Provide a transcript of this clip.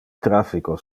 traffico